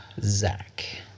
Zach